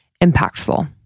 impactful